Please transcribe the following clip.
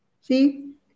See